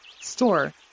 store